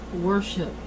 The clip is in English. worship